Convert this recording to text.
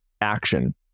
action